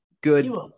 good